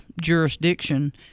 jurisdiction